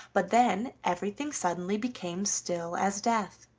but then everything suddenly became still as death.